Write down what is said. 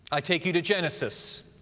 i take you to genesis,